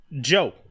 Joe